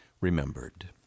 Remembered